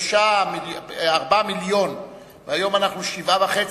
4 מיליונים והיום אנחנו 7.5 מיליונים.